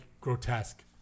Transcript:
grotesque